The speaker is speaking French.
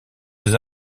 des